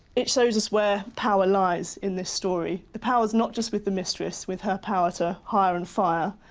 it shows us where power lies in this story. the power's not just with the mistress, with her power to hire and fire,